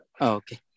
Okay